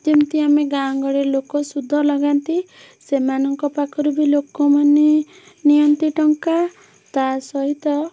ଯେମିତି ଆମେ ଗାଁ ଗହଳିର ଲୋକ ସୁଧ ଲଗାନ୍ତି ସେମାନଙ୍କ ପାଖରୁ ବି ଲୋକମାନେ ନିଅନ୍ତି ଟଙ୍କା ତା ସହିତ